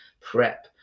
prep